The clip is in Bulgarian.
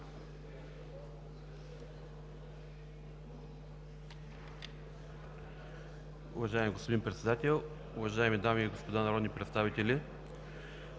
Уважаема госпожо Председател, уважаеми дами и господа народни представители!